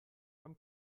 beim